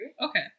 Okay